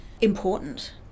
important